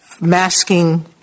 masking